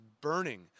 burning